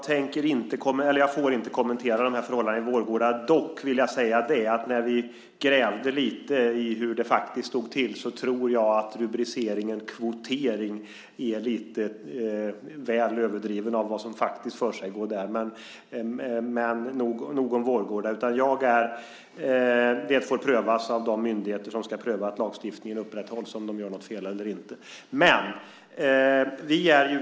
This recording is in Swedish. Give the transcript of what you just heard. Fru talman! Jag får inte kommentera de här förhållandena i Vårgårda. Dock vill jag säga att vi när vi grävde lite i hur det faktiskt stod till nog menade att rubriceringen "kvotering" är lite väl överdriven när det gäller vad som faktiskt försiggår där, men nog om Vårgårda. Detta får prövas av de myndigheter som ska pröva om lagstiftningen upprätthålls, om man gör något fel eller inte.